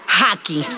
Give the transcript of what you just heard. hockey